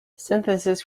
synthesis